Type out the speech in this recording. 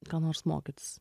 ką nors mokytis